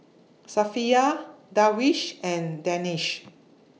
Safiya Darwish and Danish